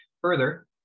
further